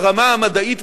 הרמה המדעית,